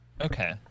Okay